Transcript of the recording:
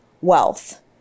wealth